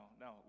no